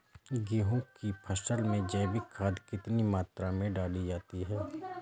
गेहूँ की फसल में जैविक खाद कितनी मात्रा में डाली जाती है?